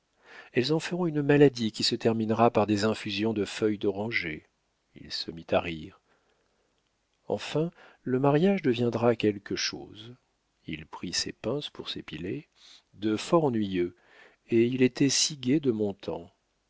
elles en feront une maladie qui se terminera par des infusions de feuilles d'oranger il se mit à rire enfin le mariage deviendra quelque chose il prit ses pinces pour s'épiler de fort ennuyeux et il était si gai de mon temps